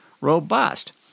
robust